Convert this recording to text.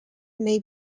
may